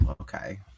okay